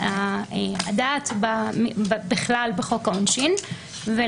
הורה ולא להטיל את כפל הענישה הזה על